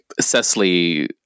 Cecily